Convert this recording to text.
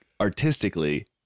artistically